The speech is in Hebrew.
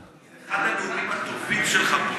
זה אחד הנאומים הטובים שלך פה.